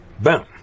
Boom